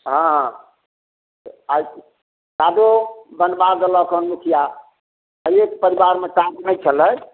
हँ आइ आबो बनबा देलक हँ मुखिआ एक परिवारमे कार्ड नहि छलै